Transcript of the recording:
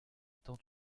étant